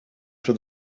for